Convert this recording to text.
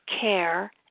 care